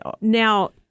Now